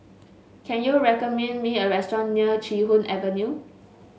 can you recommend me a restaurant near Chee Hoon Avenue